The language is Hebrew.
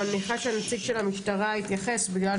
גם אני מניחה שהנציג של המשטרה יתייחס בגלל